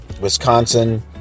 Wisconsin